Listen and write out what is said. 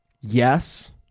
yes